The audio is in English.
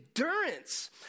endurance